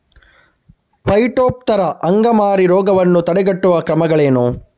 Phytophthora ಅಂಗಮಾರಿ ರೋಗವನ್ನು ತಡೆಗಟ್ಟುವ ಕ್ರಮಗಳೇನು?